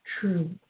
true